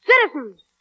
citizens